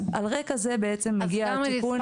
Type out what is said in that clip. אז על רקע זה מגיע התיקון -- אז גם הרצפה